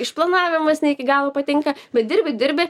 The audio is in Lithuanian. išplanavimas ne iki galo patinka bet dirbi dirbi